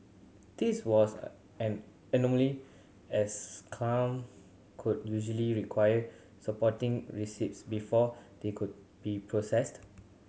this was an anomaly as come could usually require supporting receipts before they could be processed